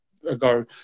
ago